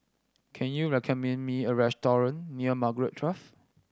can you recommend me a restaurant near Margaret Drive